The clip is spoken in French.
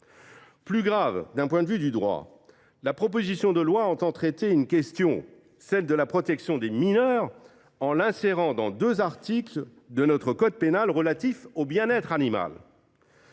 Plus grave encore du point de vue du droit, la proposition de loi entend traiter la question de la protection des mineurs, en l’insérant dans deux articles du code pénal relatifs au bien être animal.